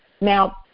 Now